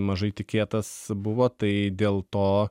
mažai tikėtas buvo tai dėl to